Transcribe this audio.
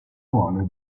ruolo